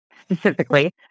specifically